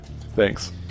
Thanks